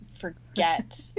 forget